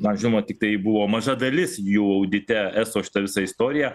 man žinoma tiktai buvo maža dalis jų audite eso šita visa istorija